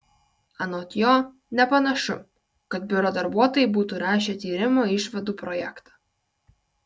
anot jo nepanašu kad biuro darbuotojai būtų rašę tyrimo išvadų projektą